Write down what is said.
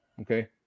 Okay